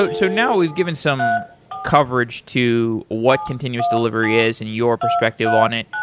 but so now, we've given some coverage to what continuous delivery is and your perspective on it,